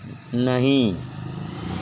नहीं